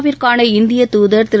விற்கான இந்திய தாதர் திரு